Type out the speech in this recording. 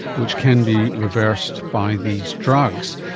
which can be reversed by these drugs.